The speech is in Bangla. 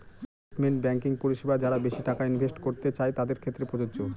ইনভেস্টমেন্ট ব্যাঙ্কিং পরিষেবা যারা বেশি টাকা ইনভেস্ট করতে চাই তাদের ক্ষেত্রে প্রযোজ্য